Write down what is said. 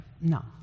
no